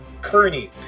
Kearney